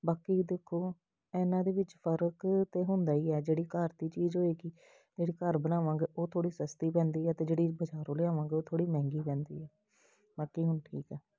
ਬਾਕੀ ਦੇਖੋ ਇਹਨਾਂ ਦੇ ਵਿੱਚ ਫਰਕ ਤਾਂ ਹੁੰਦਾ ਹੀ ਆ ਜਿਹੜੀ ਘਰ ਦੀ ਚੀਜ਼ ਹੋਏਗੀ ਜਿਹੜੀ ਘਰ ਬਣਾਵਾਂਗੇ ਉਹ ਥੋੜ੍ਹੀ ਸਸਤੀ ਪੈਂਦੀ ਹੈ ਅਤੇ ਜਿਹੜੀ ਬਜ਼ਾਰੋਂ ਲਿਆਵਾਂਗੇ ਉਹ ਥੋੜ੍ਹੀ ਮਹਿੰਗੀ ਪੈਂਦੀ ਆ ਬਾਕੀ ਹੁਣ ਠੀਕ ਆ